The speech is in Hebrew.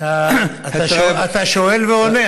אתה שואל ועונה,